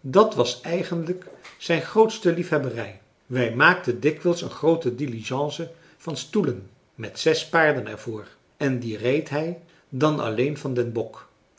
dat was eigenlijk zijn grootste liefhebberij wij maakten dikwijls een groote diligence van stoelen met zes paarden er voor en die reed hij dan alleen van den bok